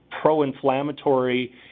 pro-inflammatory